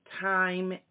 time